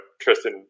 Tristan